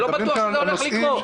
אני לא בטוח שזה הולך לקרות.